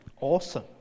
Awesome